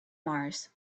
mars